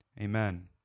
Amen